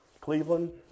cleveland